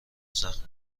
سخت